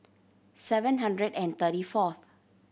seven hundred and thirty fourth